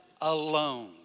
alone